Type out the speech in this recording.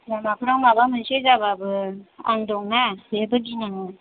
लामाफ्राव माबा मोनसे जाबाबो आं दं ना जेबो गिनाङा